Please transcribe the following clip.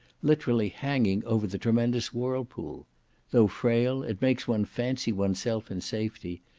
literally hanging over the tremendous whirlpool though frail, it makes one fancy oneself in safety,